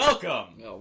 Welcome